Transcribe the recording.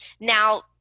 Now